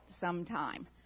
sometime